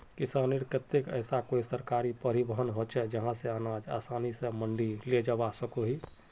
किसानेर केते ऐसा कोई सरकारी परिवहन होचे जहा से अनाज आसानी से मंडी लेजवा सकोहो ही?